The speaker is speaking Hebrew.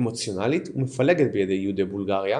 אמוציונלית ומפלגת בקרב יהודי בולגריה,